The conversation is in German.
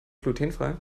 glutenfrei